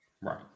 right